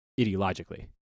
ideologically